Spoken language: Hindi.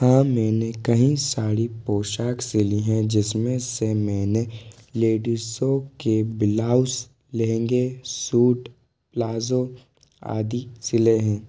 हाँ मैंने कई साड़ी पोशाक शैली हैं जिसमें से मैंने लेडिसों के ब्लाउज लहंगे सूट प्लाज़ो आदि सिले हैं